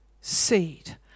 seed